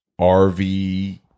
RV